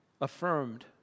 affirmed